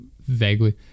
vaguely